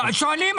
לא, שואלים.